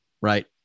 Right